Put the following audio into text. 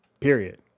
Period